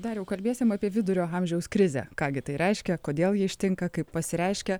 dariau kalbėsim apie vidurio amžiaus krizę ką gi tai reiškia kodėl ji ištinka kaip pasireiškia